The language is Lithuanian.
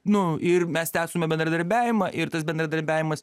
nu ir mes tęstume bendradarbiavimą ir tas bendradarbiavimas